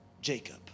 Jacob